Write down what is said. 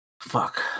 Fuck